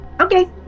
okay